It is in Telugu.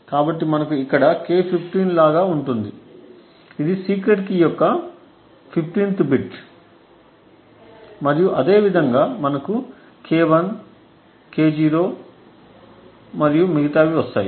కాబట్టి మనకు ఇక్కడ K15 లాగా ఉంటుంది ఇది సీక్రెట్ కీ యొక్క 15 వ బైట్ మరియు అదేవిధంగా మనకు K1 K0 మరియు మిగితావి వస్తాయి